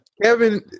Kevin